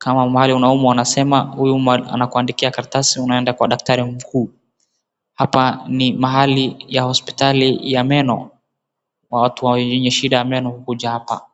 ama mahali unaumwa huyu woman anakuandikia karatasi unaenda kwa daktari mkuu. Hapa ni mahali ya hospitali ya meno na watu wakona shida ya meno hukuja hapa.